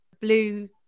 blue